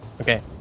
Okay